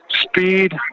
speed